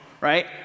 right